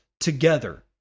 Together